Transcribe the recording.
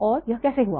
और यह कैसे हुआ